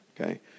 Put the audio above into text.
Okay